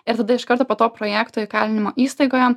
ir tada iš karto po to projekto įkalinimo įstaigoje